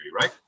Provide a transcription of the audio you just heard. right